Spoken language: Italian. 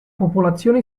popolazione